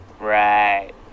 Right